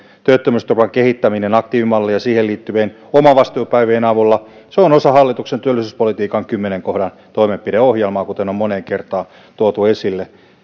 työttömyysturvan kehittäminen aktiivimallin ja siihen liittyvien omavastuupäivien avulla on osa hallituksen työllisyyspolitiikan kymmenennen kohdan toimenpideohjelmaa kuten on moneen kertaan tuotu esille kun